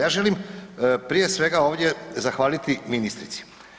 Ja želim prije svega ovdje zahvaliti ministrici.